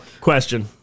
question